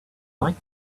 like